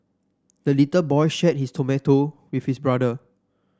the little boy shared his tomato with his brother